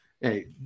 hey